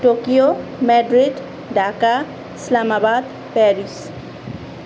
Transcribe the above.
Tokyo Madrid Dhaka Islamabad Paris